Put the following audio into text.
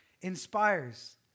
inspires